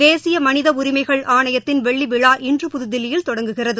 தேசிய மனித உரிமைகள் ஆணையத்தின் வெள்ளிவிழா இன்று புதுதில்லியில் தொடங்குகிறது